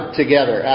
together